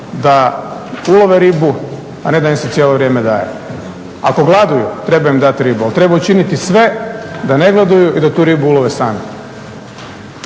da ulove ribu a ne da im se cijelo vrijeme daje. Ako gladuju treba im dati ribu ali treba učiniti sve da ne gladuju i da tu ribu ulove sami.